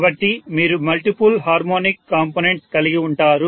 కాబట్టి మీరు multiple harmonic components కలిగి ఉంటారు